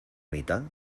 amita